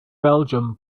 belgium